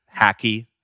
hacky